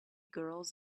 girls